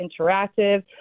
interactive